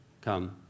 come